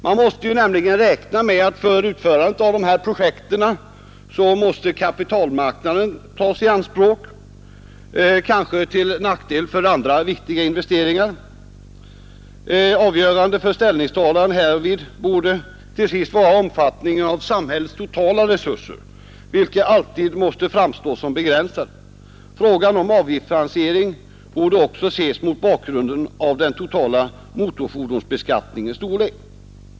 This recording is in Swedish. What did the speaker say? Man måste nämligen räkna med att för utförandet av dessa projekt kapitalmarknaden måste tas i anspråk, kanske till nackdel för andra viktiga investeringar. Avgörande för ställningstaganden härvidlag borde till sist vara omfattningen av samhällets totala resurser, vilka alltid måste framstå som begränsade. Frågan om avgiftsfinansiering borde också ses mot bakgrunden av den totala motorfordonsbeskattningens storlek.